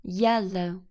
yellow